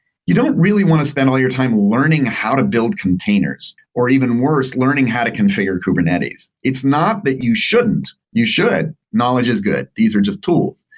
you don't really want to spend all your time learning how to build containers, or even worse, learning how to configure kubernetes. it's not that you shouldn't. you should. knowledge is good. these are just tools.